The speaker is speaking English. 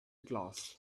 glass